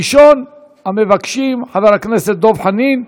ראשון המבקשים, חבר הכנסת דב חנין.